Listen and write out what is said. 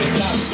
Stop